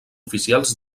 oficials